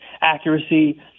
accuracy